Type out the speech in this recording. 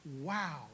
wow